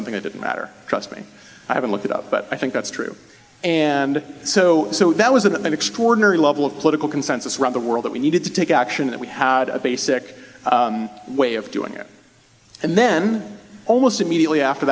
something that didn't matter trust me i haven't looked it up but i think that's true and so so that was an extraordinary level of political consensus around the world that we needed to take action and we had a basic way of doing it and then almost immediately after